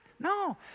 No